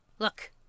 Look